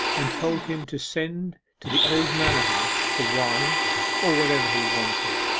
and told him to send to the old manor-house for wine or whatever he wanted.